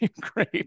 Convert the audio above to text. great